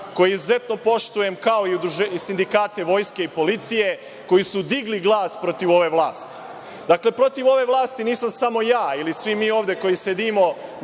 koje izuzetno poštujem, kao i sindikate Vojske i policije koji su digli glas protiv ove vlasti. Dakle, protiv ove vlasti nisam samo ja ili svi mi ovde koji sedimo